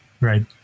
Right